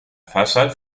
façade